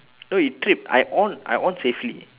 no it tripped I on I on safely